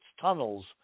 tunnels